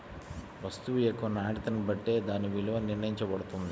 వస్తువు యొక్క నాణ్యతని బట్టే దాని విలువ నిర్ణయించబడతది